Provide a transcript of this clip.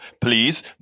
Please